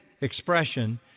expression